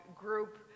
group